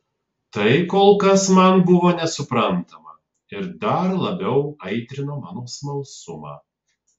tai kol kas man buvo nesuprantama ir dar labiau aitrino mano smalsumą